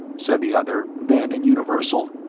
said the other, then in universal,